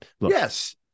Yes